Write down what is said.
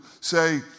say